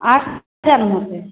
आठ हजारमे हेतै